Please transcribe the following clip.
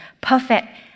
perfect